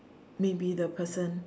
maybe the person